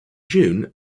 june